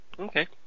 okay